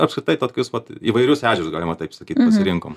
apskritai tai totkius vat įvairius ežerus galima taip sakyt pasirinkom